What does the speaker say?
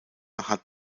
hat